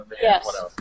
Yes